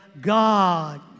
God